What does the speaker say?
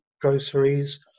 groceries